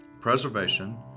preservation